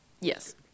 Yes